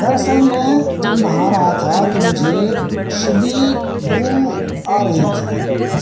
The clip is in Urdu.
دراصل میں جب نہا رہا تھا تو مجھے شدید بو آ رہی تھی